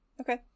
Okay